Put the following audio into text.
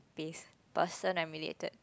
pace person I related to